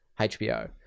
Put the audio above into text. HBO